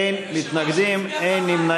בעד, 25, אין מתנגדים, אין נמנעים.